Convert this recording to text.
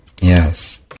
Yes